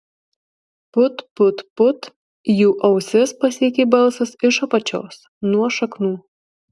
put put put jų ausis pasiekė balsas iš apačios nuo šaknų